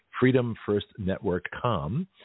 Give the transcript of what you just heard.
freedomfirstnetwork.com